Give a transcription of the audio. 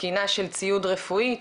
תקינה של ציוד רפואי,